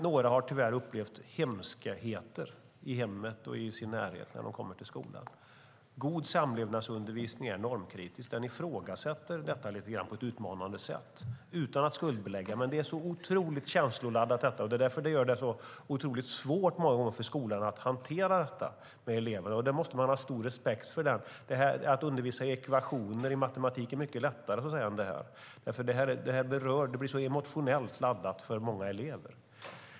Några har tyvärr upplevt hemskheter i hemmet och i sin närhet när de kommer till skolan. God samlevnadsundervisning är normkritisk. Den ifrågasätter detta lite grann på ett utmanande sätt utan att skuldbelägga. Det är otroligt känsloladdat. Det är därför det många gånger är otroligt svårt för skolan att hantera det med eleverna. Det måste man ha stor respekt för. Att undervisa i ekvationer och matematik är mycket lättare än detta. Det blir så emotionellt laddat för många elever.